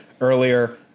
earlier